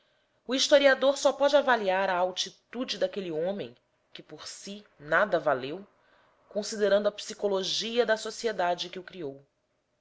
o historiador só pode avaliar a altitude daquele homem que por si nada valeu considerando a psicologia da sociedade que o criou